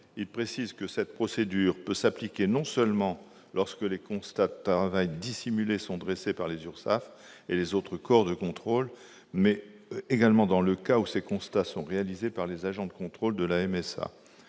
est précisé que cette procédure peut s'appliquer non seulement lorsque les constats de travail dissimulé sont dressés par les URSSAF et les autres corps de contrôle, mais également dans le cas où ces constats sont réalisés par les agents de contrôle de la